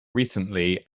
recently